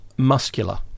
muscular